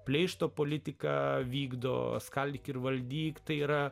pleišto politiką vykdo skaldyk ir valdyk tai yra